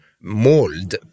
mold